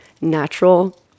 natural